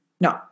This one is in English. No